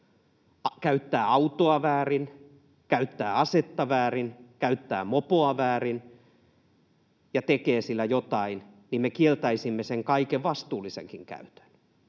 käyttää autoa väärin, käyttää asetta väärin, käyttää mopoa väärin ja tekee sillä jotain, niin me kieltäisimme sen kaiken vastuullisenkin käytön.